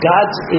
God's